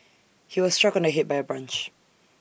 he was struck on the Head by A branch